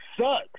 sucks